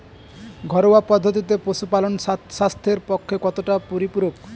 ঘরোয়া পদ্ধতিতে পশুপালন স্বাস্থ্যের পক্ষে কতটা পরিপূরক?